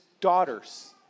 daughters